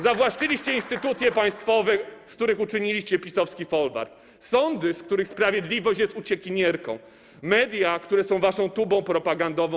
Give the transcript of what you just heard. Zawłaszczyliście instytucje państwowe, z których uczyniliście PiS-owski folwark, sądy, z których sprawiedliwość jest uciekinierką, media, które są waszą tubą propagandową.